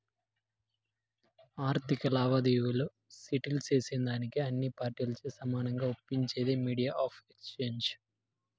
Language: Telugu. ఆర్థిక లావాదేవీలు సెటిల్ సేసేదానికి అన్ని పార్టీలచే సమానంగా ఒప్పించేదే మీడియం ఆఫ్ ఎక్స్చేంజ్